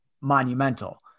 monumental